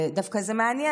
דווקא זה מעניין.